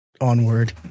onward